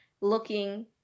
looking